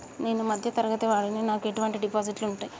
నేను మధ్య తరగతి వాడిని నాకు ఎటువంటి డిపాజిట్లు ఉంటయ్?